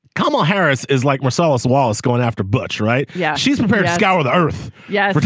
come on harris is like marcellus wallace going after butch right. yeah. she's here to scour the earth. yeah.